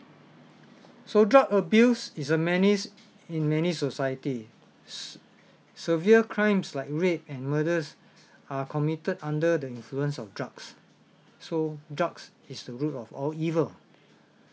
so drug abuse is a menace in many society s~ severe crimes like rape and murders are committed under the influence of drugs so drugs is the root of all evil